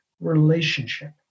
relationship